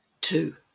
Two